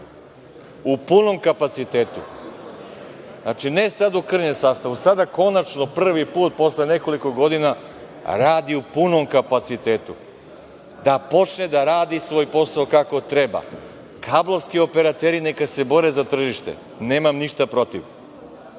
u punom kapacitetu, ne sada u krnjem sastavu, sada konačno prvi put posle nekoliko godina radi u punom kapacitetu, da počne da radi svoj posao kako treba, kablovski operateri neka se bore za tržište, nemam ništa protiv.